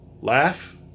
laugh